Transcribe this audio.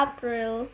April